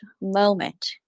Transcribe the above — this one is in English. moment